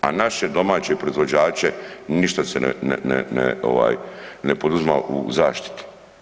A naše domaće proizvođače ništa se ne poduzima u zaštiti.